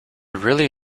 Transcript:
really